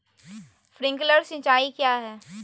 Sprinkler सिंचाई क्या है?